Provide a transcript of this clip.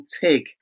TIG